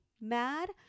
mad